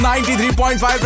93.5